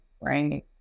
right